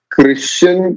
Christian